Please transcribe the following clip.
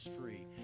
free